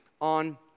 on